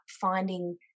finding